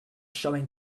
showing